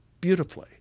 beautifully